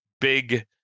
big